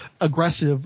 aggressive